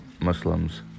Muslims